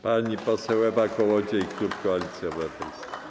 Pani poseł Ewa Kołodziej, klub Koalicja Obywatelska.